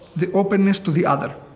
the openness to the other,